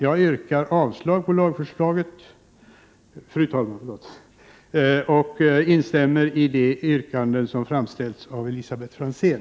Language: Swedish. Jag yrkar avslag på lagförslaget och instämmer i de yrkanden som framställts av Elisabet Franzén.